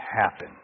happen